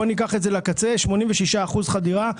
בוא ניקח את זה לקצה 86% חדירה,